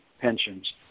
pensions